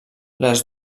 les